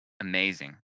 amazing